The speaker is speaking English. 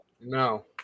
No